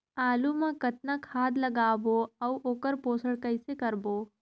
आलू मा कतना खाद लगाबो अउ ओकर पोषण कइसे करबो?